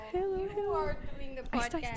Hello